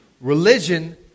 Religion